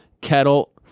kettle